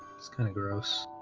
it's kind of gross